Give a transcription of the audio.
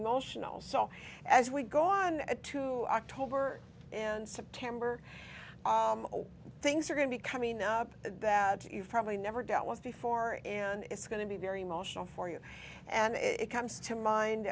emotional so as we go on a two october and september things are going to be coming up that you probably never dealt with before and it's going to be very emotional for you and it comes to mind